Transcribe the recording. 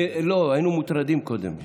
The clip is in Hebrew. לא, היינו מוטרדים קודם.